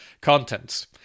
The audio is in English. contents